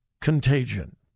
contagion